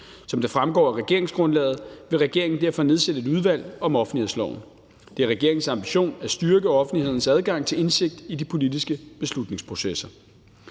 Som det fremgår af regeringsgrundlaget, vil regeringen derfor nedsætte et udvalg om offentlighedsloven. Det er regeringens ambition at styrke offentlighedens adgang til indsigt i de politiske beslutningsprocesser.